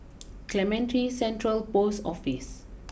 Clementi Central post Office